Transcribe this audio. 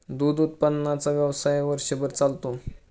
दूध उत्पादनाचा व्यवसाय वर्षभर चालतो